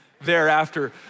thereafter